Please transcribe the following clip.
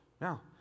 Now